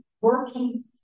working